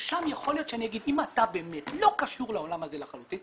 שם יכול להיות שאני אומר שאם אתה באמת לא קשור לעולם הזה לחלוטין,